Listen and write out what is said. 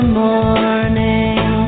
morning